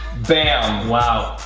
bam. wow.